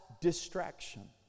distraction